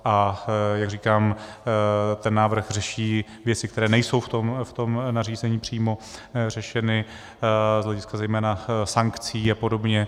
A jak říkám, ten návrh řeší věci, které nejsou v tom nařízení přímo řešeny z hlediska zejména sankcí a podobně.